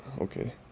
okay